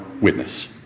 witness